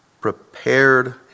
prepared